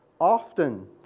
often